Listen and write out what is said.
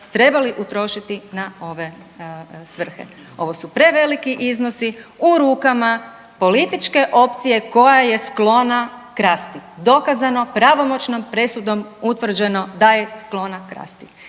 trebali utrošiti na ove svrhe. Ovo su preveliki iznosi u rukama političke opcije koja je sklona krasti. Dokazano pravomoćnom presudom, utvrđeno da je sklona krasti